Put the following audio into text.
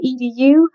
EDU